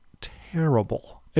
terrible